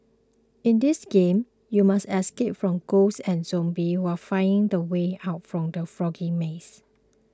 in this game you must escape from ghosts and zombies while finding the way out from the foggy maze